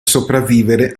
sopravvivere